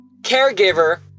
caregiver